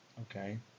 Okay